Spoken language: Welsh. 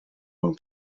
mewn